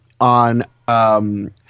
on